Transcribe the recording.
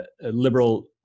liberal